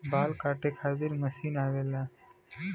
बाल काटे खातिर मशीन आवेला